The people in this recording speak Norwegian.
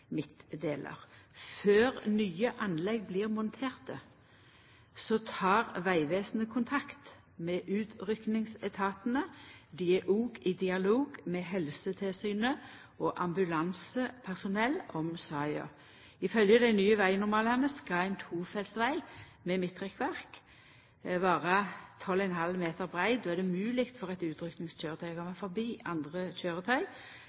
Før nye anlegg blir monterte, tek Vegvesenet kontakt med utrykkingsetatane. Dei er òg i dialog med Helsetilsynet og ambulansepersonell om saka. Ifølgje dei nye vegnormalane skal ein tofelts veg med midtrekkverk vera 12,5 meter brei. Då er det mogleg for